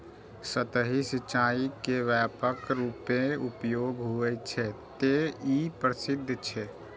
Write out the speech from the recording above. सतही सिंचाइ के व्यापक रूपें उपयोग होइ छै, तें ई प्रसिद्ध छै